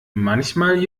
manchmal